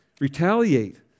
Retaliate